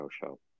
show